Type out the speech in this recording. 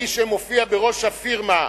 האיש שמופיע בראש הפירמה,